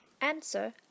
Answer